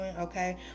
Okay